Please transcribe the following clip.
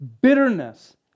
bitterness